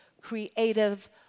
creative